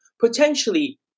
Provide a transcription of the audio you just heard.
potentially